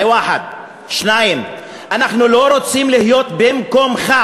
ואחד, 2. אנחנו לא רוצים להיות במקומך.